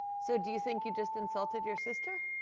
so do you think you just insulted your sister?